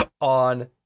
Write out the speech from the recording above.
on